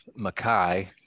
Makai